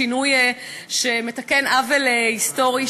שינוי שמתקן עוול היסטורי,